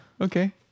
Okay